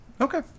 okay